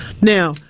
Now